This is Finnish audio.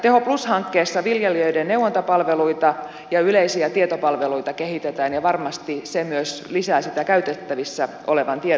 teho plus hankkeessa viljelijöiden neuvontapalveluita ja yleisiä tietopalveluita kehitetään ja varmasti se myös lisää käytettävissä olevan tiedon määrää